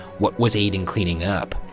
what was eyton cleaning up?